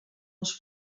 els